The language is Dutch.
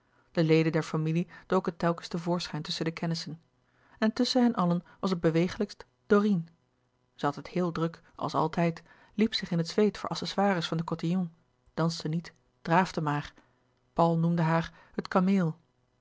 de leden der familie doken telkens te voorschijn tusschen de kennissen en tusschen hen allen was het bewegelijkst dorine zij had het heel druk als altijd liep zich in het zweet voor accessoires van den côtillon danste niet draafde maar paul noemde haar het